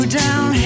down